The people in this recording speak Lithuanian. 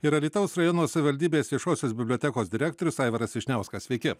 ir alytaus rajono savivaldybės viešosios bibliotekos direktorius aivaras vyšniauskas sveiki